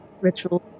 ritual